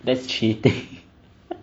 that's cheating